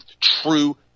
true